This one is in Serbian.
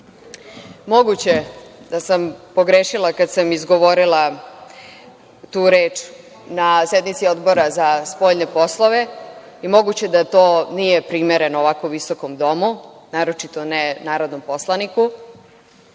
Moguće je da sam pogrešila kada sam izgovorila tu reč na sednici Odbora za spoljne poslove i moguće je da to nije primereno u ovako visokom domu, naročito ne narodnom poslaniku,